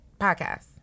podcast